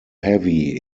heavy